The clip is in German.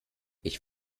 ich